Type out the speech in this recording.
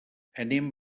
anem